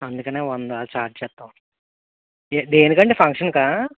అందుకని వంద ఛార్జ్ చేస్తాం దే దేనికండి ఫంక్షన్కా